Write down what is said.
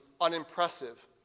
unimpressive